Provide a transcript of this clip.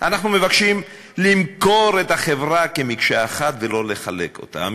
אנחנו מבקשים למכור את החברה מקשה אחת ולא לחלק אותה.